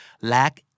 lack